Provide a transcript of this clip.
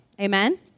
Amen